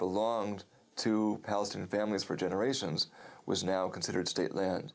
belonged to palestinian families for generations was now considered state